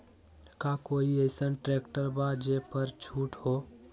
का कोइ अईसन ट्रैक्टर बा जे पर छूट हो?